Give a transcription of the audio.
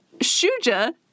Shuja